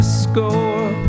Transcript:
score